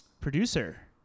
producer